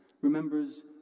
remembers